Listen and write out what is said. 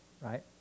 Right